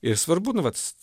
ir svarbu nu vat